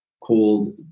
called